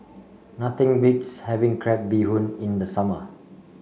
nothing beats having Crab Bee Hoon in the summer